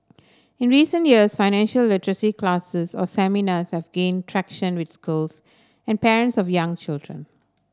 in recent years financial literacy classes or seminars have gained traction with schools and parents of young children